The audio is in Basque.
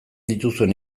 dituzuen